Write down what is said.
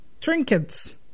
Trinkets